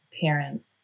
parent